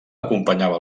acompanyava